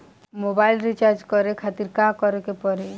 Mobile recharge करे खातिर का करे के पड़ी?